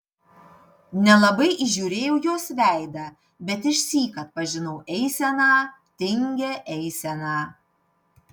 nelabai įžiūrėjau jos veidą bet išsyk atpažinau eiseną tingią eiseną